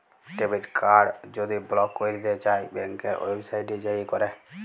debit card যদি block ক্যইরতে চাই ব্যাংকের ওয়েবসাইটে যাঁয়ে ক্যরে